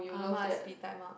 Ah-Ma's bee-tai-mak